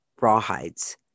rawhides